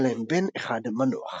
היה להם בן אחד - מנוח.